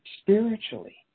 spiritually